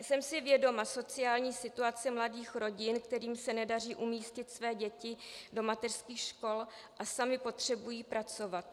Jsem si vědoma sociální situace mladých rodin, kterým se nepodaří umístit své děti do mateřských škol a samy potřebují či chtějí pracovat.